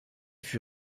fut